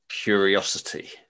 Curiosity